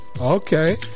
Okay